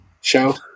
show